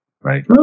right